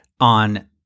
on